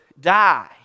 die